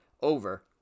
over